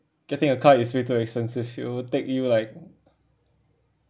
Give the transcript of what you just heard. getting a car is way too expensive it will take you like